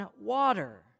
water